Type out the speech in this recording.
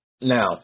Now